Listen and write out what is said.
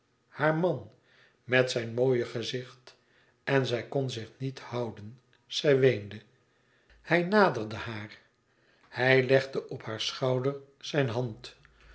haar man met zijn mooie gezicht en zij kon zich niet houden zij weende hij naderde haar hij legde op haar schouder zijn hand